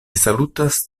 salutas